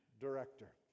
director